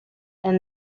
and